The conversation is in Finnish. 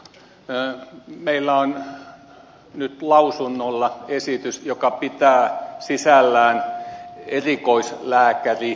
meillä on nyt lausunnolla esitys joka pitää sisällään erikoislääkäriluettelon